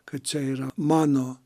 kad čia yra mano